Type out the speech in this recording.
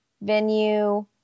venue